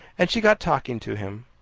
and she got talking to him.